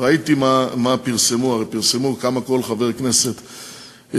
ראיתי מה פרסמו, פרסמו כמה כל חבר כנסת קיבל.